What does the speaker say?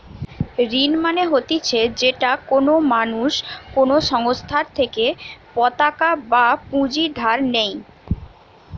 ঋণ মানে হতিছে যেটা কোনো মানুষ কোনো সংস্থার থেকে পতাকা বা পুঁজি ধার নেই